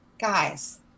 guys